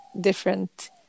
different